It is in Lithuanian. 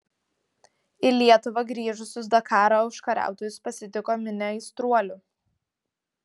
į lietuvą grįžusius dakaro užkariautojus pasitiko minia aistruolių